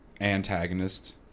antagonist